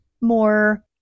more